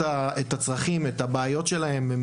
הבעיות והצרכים שלהם ולהישאר אנונימיים.